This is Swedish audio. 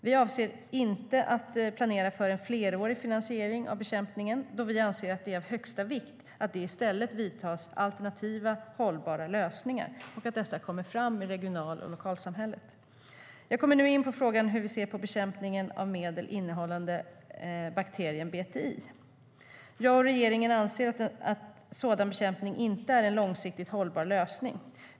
Vi avser inte att planera för en flerårig finansiering av bekämpningen då vi anser att det är av högsta vikt att det i stället vidtas alternativa hållbara lösningar och att dessa kommer fram i regional och lokalsamhället. Jag kommer nu in på frågan om hur jag ser på bekämpning med medel innehållande bakterien BTI. Jag och regeringen anser att sådan bekämpning inte är en långsiktigt hållbar lösning.